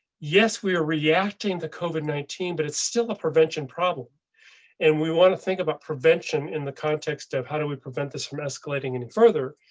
yes, we're reacting the covid nineteen, but it's still a prevention problem and we want to think about prevention in the context of how do we prevent this from escalating any further.